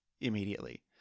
immediately